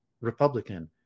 Republican